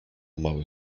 mały